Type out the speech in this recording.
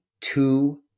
two